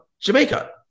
Jamaica